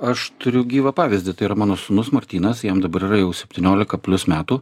aš turiu gyvą pavyzdį tai yra mano sūnus martynas jam dabar yra jau septyniolika plius metų